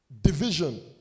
Division